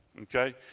Okay